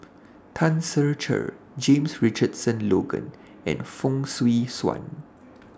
Tan Ser Cher James Richardson Logan and Fong Swee Suan